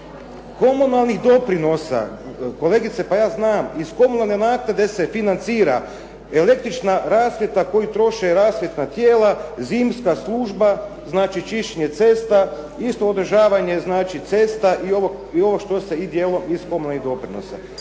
Komunalnih doprinosa. Kolegice, pa ja znam. Iz komunalne naknade se financira električna rasvjeta koju troše rasvjetna tijela, zimska služba, znači čišćenje cesta, isto održavanje cesta i ovo što se i djelom iz komunalnih doprinosa.